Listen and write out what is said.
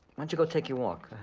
and you go take your walk?